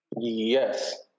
Yes